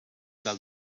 del